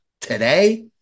Today